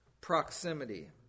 proximity